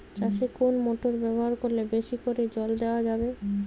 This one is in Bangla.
চাষে কোন মোটর ব্যবহার করলে বেশী করে জল দেওয়া যাবে?